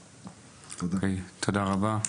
אוקיי, תודה רבה.